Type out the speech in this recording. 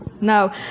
No